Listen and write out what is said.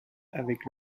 avec